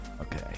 Okay